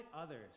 others